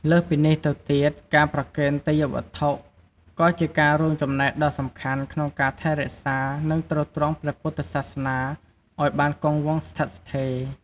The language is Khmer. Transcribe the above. លើសពីនេះទៅទៀត ការប្រគេនទេយ្យវត្ថុ ក៏ជាការរួមចំណែកដ៏សំខាន់ក្នុងការ ថែរក្សា និងទ្រទ្រង់ព្រះពុទ្ធសាសនា ឱ្យបានគង់វង្សស្ថិតស្ថេរ។